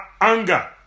anger